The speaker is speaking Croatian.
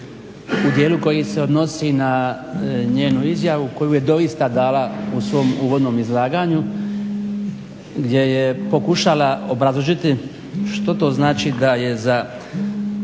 u dijelu koji se odnosi na njenu izjavu koju je doista dala u svom uvodnom izlaganju gdje je pokušala obrazložiti što to znači da je za